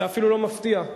זה אפילו לא מפתיע.